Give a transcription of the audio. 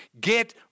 Get